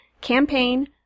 Campaign